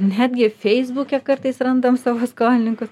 netgi feisbuke kartais randam savo skolininkus